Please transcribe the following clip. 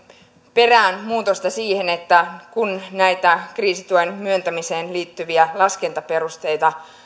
perään muutosta siihen että kun näitä kriisituen myöntämiseen liittyviä laskentaperusteita